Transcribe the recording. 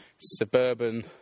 suburban